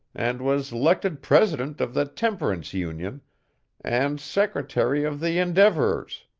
and was lected president of the temperance union and secretary of the endeavorers.